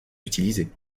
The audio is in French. utilisé